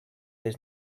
his